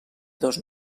dos